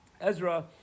Ezra